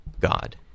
God